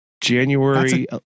January